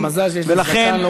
יש לך מזל שיש לי זקן.